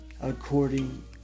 According